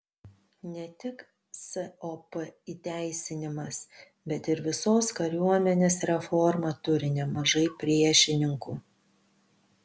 ne tik sop įteisinimas bet ir visos kariuomenės reforma turi nemažai priešininkų